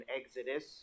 exodus